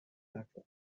مکن